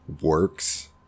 works